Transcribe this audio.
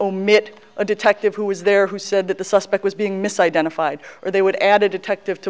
omit a detective who was there who said that the suspect was being misidentified or they would add a detective to